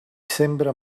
sembre